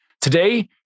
Today